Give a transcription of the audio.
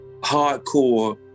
hardcore